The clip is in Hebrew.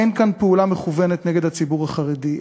אין כאן פעולה מכוונת נגד הציבור החרדי.